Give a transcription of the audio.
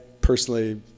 personally